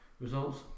results